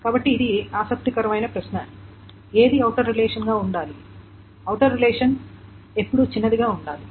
కాబట్టి ఇది ఆసక్తికరమైన ప్రశ్న ఏది ఔటర్ రిలేషన్ గా ఉండాలి ఔటర్ రిలేషన్ ఎల్లప్పుడూ చిన్నదిగా ఉండాలి